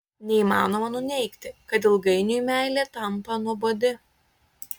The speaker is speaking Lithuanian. neįmanoma nuneigti kad ilgainiui meilė tampa nuobodi